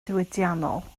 diwydiannol